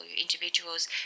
individuals